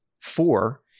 four